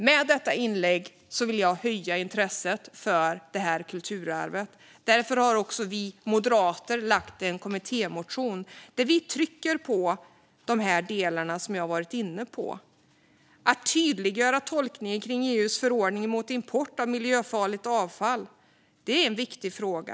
Med detta inlägg vill jag höja intresset för det här kulturarvet. Därför har vi moderater lagt fram en kommittémotion där vi trycker på de delar som jag har varit inne på. Att tydliggöra tolkningen av EU:s förordning om import av miljöfarligt avfall är en viktig fråga.